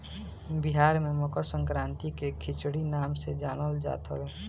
बिहार में मकरसंक्रांति के खिचड़ी नाम से जानल जात हवे